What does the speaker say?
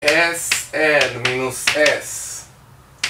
SL-S